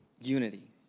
unity